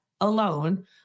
alone